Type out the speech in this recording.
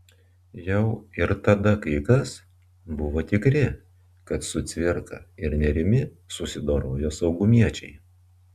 jau ir tada kai kas buvo tikri kad su cvirka ir nėrimi susidorojo saugumiečiai